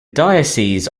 diocese